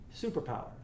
superpower